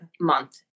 month